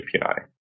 API